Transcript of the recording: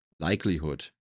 likelihood